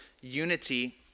unity